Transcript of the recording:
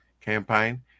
campaign